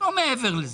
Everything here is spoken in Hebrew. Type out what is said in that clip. לא מעבר לזה,